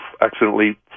accidentally